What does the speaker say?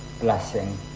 blessing